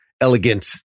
elegant